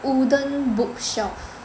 wooden bookshelf